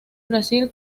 brasil